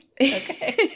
Okay